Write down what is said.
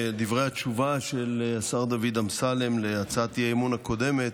דברי התשובה של השר דוד אמסלם על הצעת האי-אמון הקודמת.